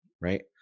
Right